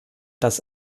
dass